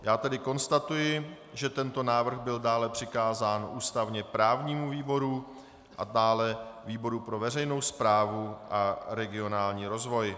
Já tedy konstatuji, že tento návrh byl dále přikázán ústavněprávnímu výboru a dále výboru pro veřejnou správu a regionální rozvoj.